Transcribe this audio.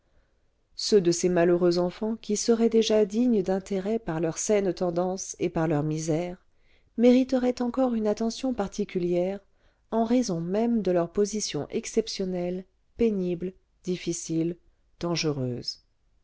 ceux de ces malheureux enfants qui seraient déjà dignes d'intérêt par leurs saines tendances et par leur misère mériteraient encore une attention particulière en raison même de leur position exceptionnelle pénible difficile dangereuse